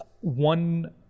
one –